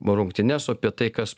rungtynes o apie tai kas